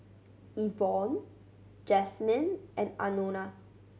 Evonne Jasmyn and Anona